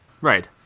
Right